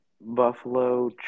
Buffalo